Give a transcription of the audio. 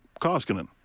Koskinen